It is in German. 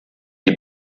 die